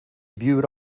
viewed